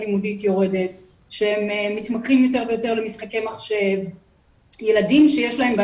אין להם הורים שמקשיבים להם,